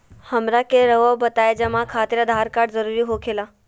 हमरा के रहुआ बताएं जमा खातिर आधार कार्ड जरूरी हो खेला?